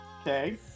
Okay